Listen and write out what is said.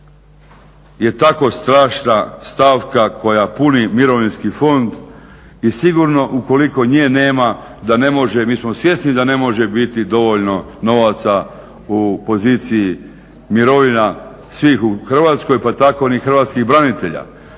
je tako strašna stavka koja puni mirovinski fond i sigurno ukoliko nje nema, mi smo svjesni da ne može biti dovoljno novaca u poziciji mirovina svih u Hrvatskoj pa tako ni hrvatskih branitelja.